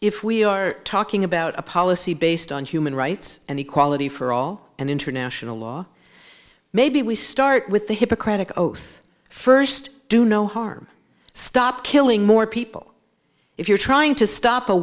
if we are talking about a policy based on human rights and equality for all and international law maybe we start with the hippocratic oath first do no harm stop killing more people if you're trying to stop a